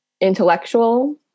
intellectual